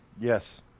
Yes